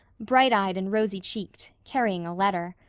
bright-eyed and rosy cheeked, carrying a letter.